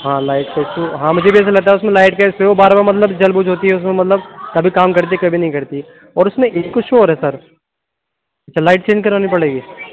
ہاں لائٹ کا ایشو ہاں مجھے بھی ایسا لگتا ہے اُس میں لائٹ کا ایشو ہے وہ بار بار مطلب جل بھج ہوتی ہے مطلب کبھی کام کرتی ہے کبھی نہیں کرتی اور اُس میں ایک ایشو اور رہتا ہے سر اچھا لائٹ چینج کرانی پڑے گی